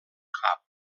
cap